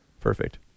Perfect